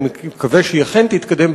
אני מקווה שהיא אכן תתקדם,